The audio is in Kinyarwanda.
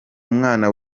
umwana